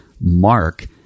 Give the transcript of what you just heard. mark